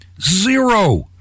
zero